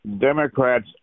Democrats